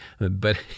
but-